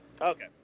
Okay